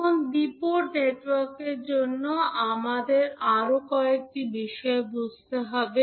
এখন দ্বি পোর্ট নেটওয়ার্কের জন্য আমাদের আরও কয়েকটি বিষয় বুঝতে হবে